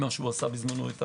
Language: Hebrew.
ממה שעשה בזמנו.